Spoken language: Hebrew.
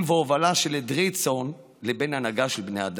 והובלה של עדרי צאן לבין הנהגה של בני אדם.